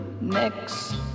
Next